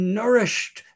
nourished